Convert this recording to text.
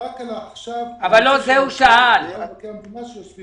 חבר הכנסת